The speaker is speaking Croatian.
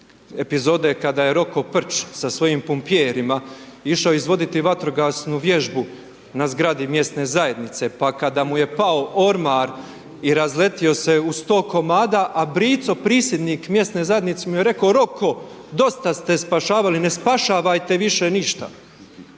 epizode kada je Roko Prć sa svojim pompijerima išao izvoditi vatrogasnu vježbu na zgradi mjesne zajednice pa kada mu je pao ormar i razletio se u 100 komada a brico prisjednik mjesne zajednice mu je reko Roko dosta ste spašavali ne spašavajte više ništa.